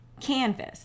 canvas